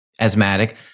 asthmatic